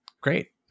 great